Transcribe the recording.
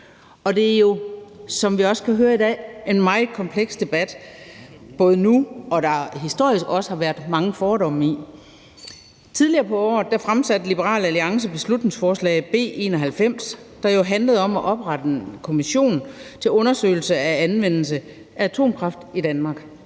Det er jo, som vi også kan høre i dag, en meget kompleks debat, både nu, og der har historisk også været mange fordomme. Tidligere på året fremsatte Liberal Alliance beslutningsforslag B 91, der jo handlede om at oprette en kommission til undersøgelse af anvendelse af atomkraft i Danmark.